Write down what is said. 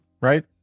right